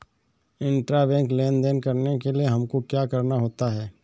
Intrabank लेन देन करने के लिए हमको क्या करना होता है?